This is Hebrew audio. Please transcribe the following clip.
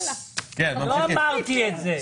לא אמרתי את זה.